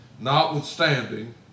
Notwithstanding